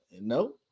No